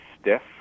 stiff